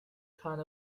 kind